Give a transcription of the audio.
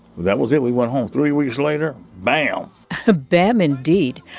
that was it. we went home. three weeks later bam bam, indeed.